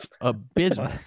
abysmal